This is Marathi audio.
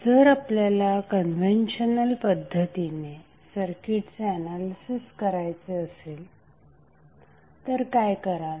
जर आपल्याला कन्व्हेंशनल पद्धतीने सर्किटचे एनालिसिस करायचे असले तर काय कराल